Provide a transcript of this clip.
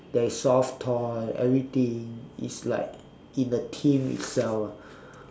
there is soft toy everything it's like in the theme itself lah